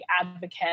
advocate